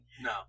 No